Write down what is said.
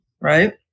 right